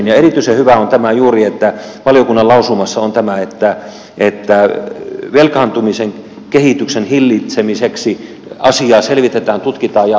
erityisen hyvää on tämä juuri että valiokunnan lausumassa on että velkaantumisen kehityksen hillitsemiseksi asiaa selvitetään tutkitaan ja seurataan